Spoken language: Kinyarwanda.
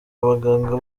baganga